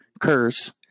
curse